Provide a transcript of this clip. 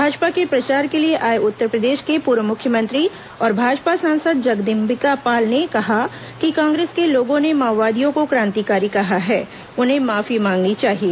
भाजपा के प्रचार के लिए आए उत्तर प्रदेश के पूर्व मुख्यमंत्री और भाजपा सांसद जगदम्बिका पाल ने कहा कि कांग्रेस के लोगों ने माओवादियों को क्रांतिकारी कहा है उन्हें माफी मांगनी चाहिए